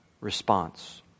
response